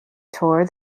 tour